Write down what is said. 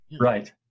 Right